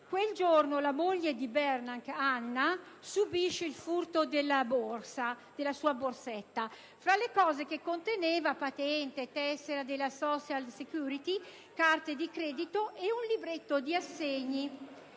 Quel giorno la moglie di Bernanke, Anna, subì il furto della borsetta contenente, tra l'altro, patente, tessera della *Social Security*, carte di credito e un libretto di assegni.